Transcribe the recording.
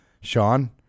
Sean